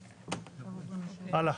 הלאה.